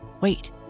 Wait